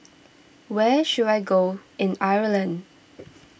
where should I go in Ireland